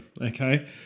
Okay